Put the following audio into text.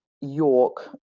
york